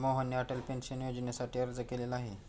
मोहनने अटल पेन्शन योजनेसाठी अर्ज केलेला आहे